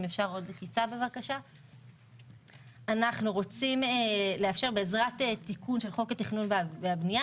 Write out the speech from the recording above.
אנחנו רוצים לאפשר בעזרת תיקון של חוק התכנון והבנייה